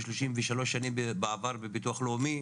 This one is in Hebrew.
שלושים ושלוש שנים בעבר בביטוח הלאומי,